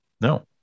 No